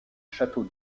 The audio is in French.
château